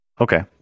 Okay